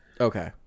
Okay